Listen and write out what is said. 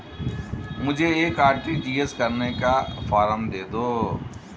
मुझे एक आर.टी.जी.एस करने का फारम दे दो?